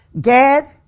Gad